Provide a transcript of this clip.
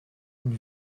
une